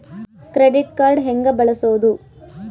Credit card ಹೆಂಗ ಬಳಸೋದು?